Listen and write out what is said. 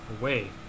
away